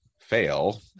fail